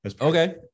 Okay